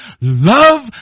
Love